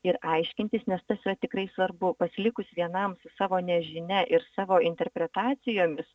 ir aiškintis nes tas yra tikrai svarbu pasilikus vienam su savo nežinia ir savo interpretacijomis